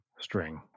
string